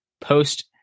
post